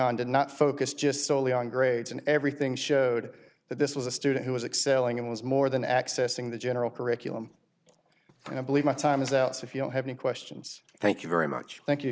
on did not focus just solely on grades and everything showed that this was a student who was excelling and was more than accessing the general curriculum and i believe my time is out so if you don't have any questions thank you very much thank you